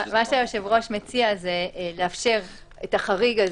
מה שהיושב-ראש מציע זה לאפשר את החריג הזה,